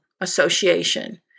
Association